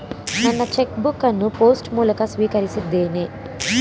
ನನ್ನ cheque book ಅನ್ನು post ಮೂಲಕ ಸ್ವೀಕರಿಸಿದ್ದೇನೆ